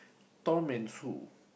Tom and Sue